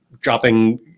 dropping